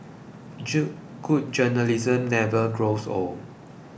good journalism never grows old